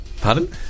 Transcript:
Pardon